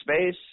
space